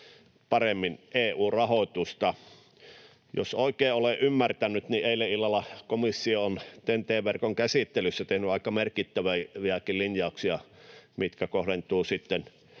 paremmin EU-rahoitusta. Jos oikein olen ymmärtänyt, niin eilen illalla komissio on TEN‑T-verkon käsittelyssä tehnyt aika merkittäviäkin linjauksia, mitkä kohdentuvat sitten